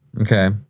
okay